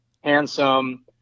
handsome